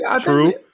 True